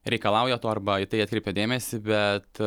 reikalauja to arba į tai atkreipia dėmesį bet